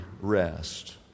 rest